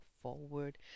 forward